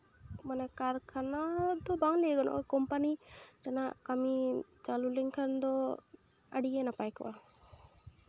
ᱢᱟᱱᱮ ᱠᱟᱨᱠᱷᱟᱱᱟ ᱫᱚ ᱵᱟᱝ ᱞᱟᱹᱭ ᱜᱟᱱᱚᱜᱼᱟ ᱠᱳᱢᱯᱟᱱᱤ ᱨᱮᱱᱟᱜ ᱠᱟᱹᱢᱤ ᱪᱟᱹᱞᱩ ᱞᱮᱱᱠᱷᱟᱱ ᱫᱚ ᱟᱹᱰᱤ ᱜᱮ ᱱᱟᱯᱟᱭ ᱠᱚᱜᱼᱟ